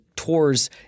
Tours